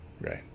Right